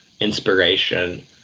inspiration